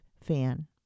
fan